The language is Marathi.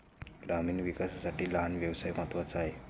ग्रामीण विकासासाठी लहान व्यवसाय महत्त्वाचा आहे